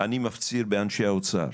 אני מפציר באנשי האוצר